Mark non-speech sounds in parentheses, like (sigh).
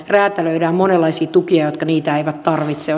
räätälöidään monenlaisia tukia omalle porukalle joka niitä ei tarvitse (unintelligible)